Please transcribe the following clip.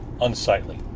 unsightly